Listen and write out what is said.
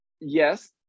yes